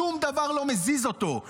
שום דבר לא מזיז אותו.